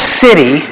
city